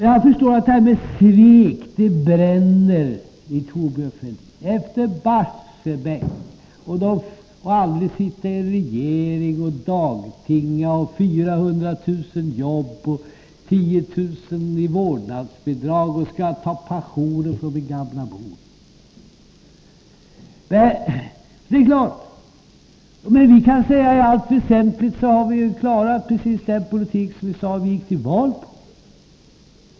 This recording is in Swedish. Jag förstår att det här med svek, det bränner i Thorbjörn Fälldin — efter det här med Barsebäck och att aldrig sitta i någon regering och dagtinga och löftet om 400 000 jobb och 10 000 kr. i vårdnadsbidrag och hans tal om att inte ta pensionen från sin gamla mor. Vi kan säga att vi i allt väsentligt har klarat precis den politik som vi gick till val på.